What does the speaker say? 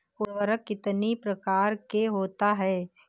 उर्वरक कितनी प्रकार के होता हैं?